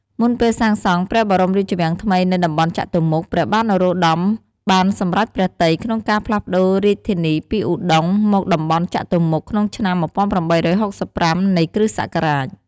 មុនពេលសាងសង់ព្រះបរមរាជវាំងថ្មីនៅតំបន់ចតុមុខ ព្រះបាទ នរោត្តម បានសម្រេចព្រះទ័យក្នុង ការផ្លាសប្ដូររាជធានីពីឧដុង្គ មកតំបន់ចតុមុខក្នុងឆ្នាំ ១៨៦៥ នៃគ.សករាជ។